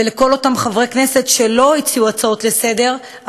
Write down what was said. ולכל אותם חברי כנסת שלא הציעו הצעות לסדר-היום